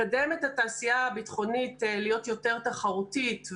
לקדם את התעשייה הביטחונית להיות יותר תחרותית,